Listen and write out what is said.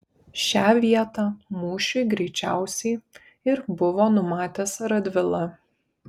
šią vietą mūšiui greičiausiai ir buvo numatęs radvila